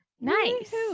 Nice